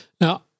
Now